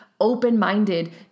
open-minded